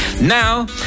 Now